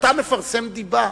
אתה מפרסם דיבה.